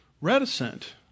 reticent